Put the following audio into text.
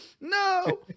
No